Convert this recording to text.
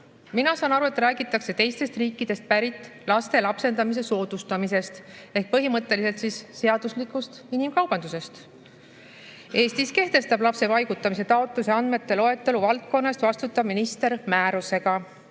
Mina saan aru, et räägitakse teistest riikidest pärit laste lapsendamise soodustamisest ehk põhimõtteliselt seaduslikust inimkaubandusest. Eestis kehtestab lapse paigutamise taotluse andmete loetelu valdkonna eest vastutav minister määrusega.